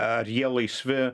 ar jie laisvi